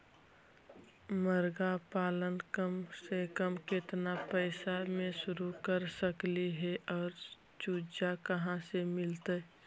मरगा पालन कम से कम केतना पैसा में शुरू कर सकली हे और चुजा कहा से मिलतै?